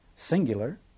singular